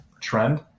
trend